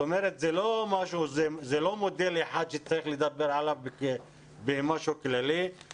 זה לא מודל אחד שצריך לדבר עליו כמשהו כללי אלא